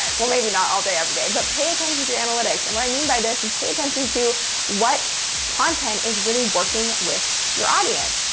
well, maybe not all day, every day, but pay attention to your analytics. and what i mean by this is pay attention to what content is really working with your audience.